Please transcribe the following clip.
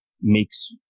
makes